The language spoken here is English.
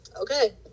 Okay